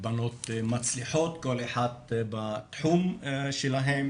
מצליחות, כל אחת בתחום שלה,